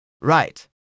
Right